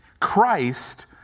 Christ